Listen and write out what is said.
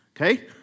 Okay